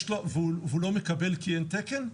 הוא לא מקבל כי אין תקן?